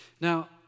Now